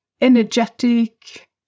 energetic